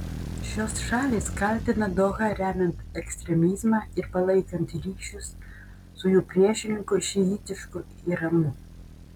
šios šalys kaltina dohą remiant ekstremizmą ir palaikant ryšius su jų priešininku šiitišku iranu